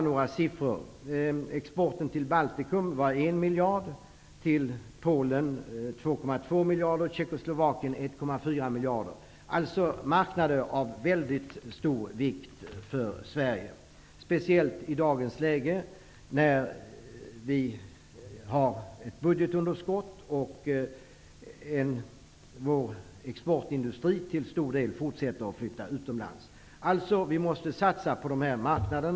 Jag skall bara nämna några ytterligare siffror. miljarder. Det rör sig således om marknader av mycket stor vikt för Sverige -- särskilt i dag när vi har ett budgetunderskott och vår exportindustri till stor del fortsätter att flytta utomlands. Vi måste satsa på dessa marknader.